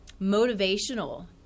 motivational